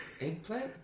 Eggplant